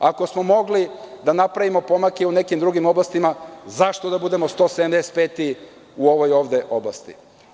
Ako smo mogli da napravimo pomake i u nekim drugim oblastima zašto da budemo 185 u ovoj ovde oblasti.